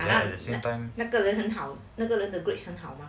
ya lah then 那个人很好那个跟的 grade 很好吗